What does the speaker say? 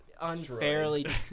unfairly